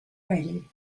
ready